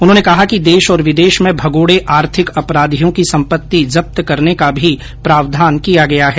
उन्होंने कहा कि देश और विदेश में भगोड़े आर्थिक आपराधियों की सम्पत्ति जब्त करने का भी प्रावधान किया गया है